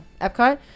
Epcot